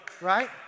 Right